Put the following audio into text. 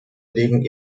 legen